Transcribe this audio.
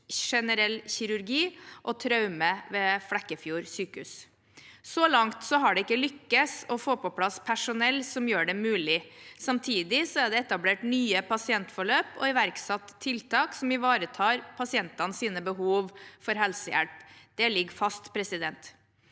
norske lokalsykehus ved Flekkefjord sykehus. Så langt har det ikke lykkes å få på plass personell som gjør det mulig. Samtidig er det etablert nye pasientforløp og iverksatt tiltak som ivaretar pasientenes behov for helsehjelp. Det ligger fast. Klinikk